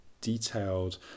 detailed